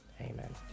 Amen